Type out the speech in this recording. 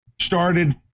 started